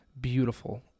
beautiful